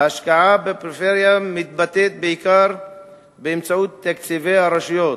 ההשקעה בפריפריה מתבטאת בעיקר באמצעות תקציבי הרשויות,